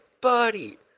buddy